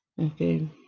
okay